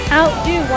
outdo